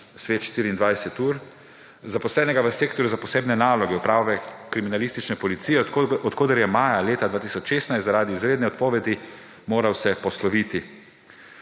Svet 24ur, »… v sektorju za posebne naloge uprave kriminalistične policije, od koder se je maja leta 2016 zaradi izredne odpovedi moral posloviti.